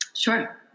Sure